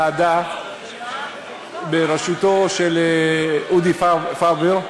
ועדה בראשותו של אודי פראוור,